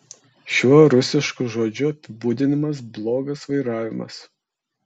šiuo rusišku žodžiu apibūdinamas blogas vairavimas